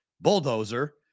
bulldozer